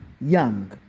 young